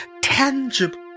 Tangible